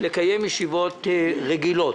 לקיים ישיבות רגילות.